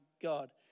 God